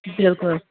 بلکُل